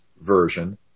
version